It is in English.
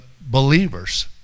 believers